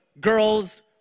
girls